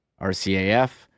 RCAF